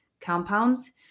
compounds